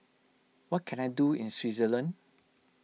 what can I do in Switzerland